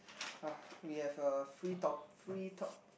ah we have a free top free top